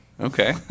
Okay